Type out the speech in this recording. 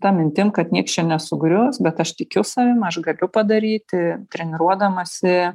ta mintim kad nieks čia nesugrius bet aš tikiu savim aš galiu padaryti treniruodamasi